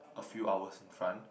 a few hours in front